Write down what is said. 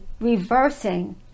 reversing